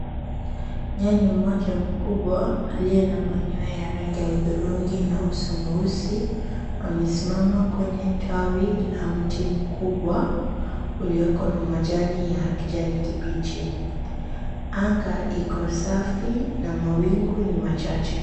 Nyani mmoja mkubwa aliyena manyoya ya rangi ya hudhurungi na uso mweusi, amesimama kwenye tawi la mti mkubwa ulioko na majani ya kijani kibichi. Anga iko safi na mawingu ni machache.